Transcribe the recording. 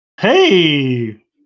Hey